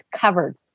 covered